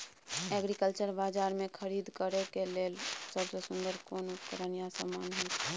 Agriculture बाजार में खरीद करे के लेल सबसे सुन्दर कोन उपकरण या समान होय छै?